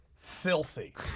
Filthy